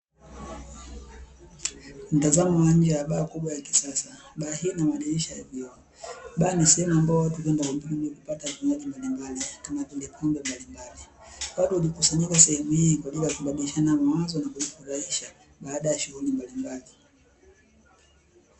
Mtazamo wa nje wa baa kubwa ya kisasa, baa hii yenye madirisha ya vioo, baa ni sehemu ya watu huenda kupata vinywaji mbalimbali, kama vile pombe mbalimbali. Watu hukusanyika sehemu hii kwa ajili ya kubadilishana mawazo na kujifurahisha baada ya shughuli mbalimbali.